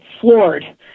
floored